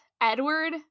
Edward